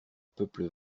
peuple